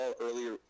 earlier